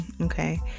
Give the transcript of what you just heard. okay